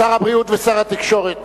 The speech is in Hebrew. שר הבריאות ושר התקשורת.